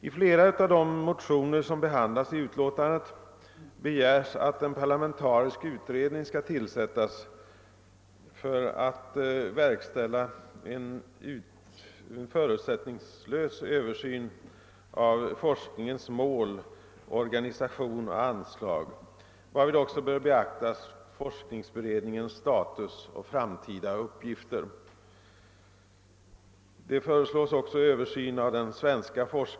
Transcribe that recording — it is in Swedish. I flera av de motioner som behandlas i utlåtandet begärs, att en parlamentarisk utredning skall tillsättas för att verkställa en förutsättningslös översyn av forskningens mål, organisation och anslag, varvid också bör beaktas forskningsberedningens status och framtida uppgifter.